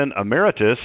emeritus